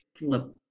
look